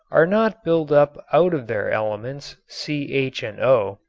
are not built up out of their elements, c, h and o,